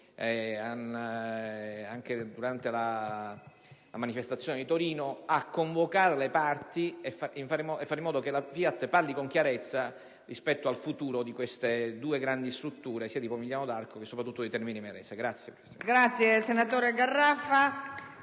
giorni durante la manifestazione di Torino, a convocare le parti e a fare in modo che la FIAT parli, con chiarezza, rispetto al futuro di queste due grandi strutture, sia quella di Pomigliano d'Arco che quella di Termini Imerese.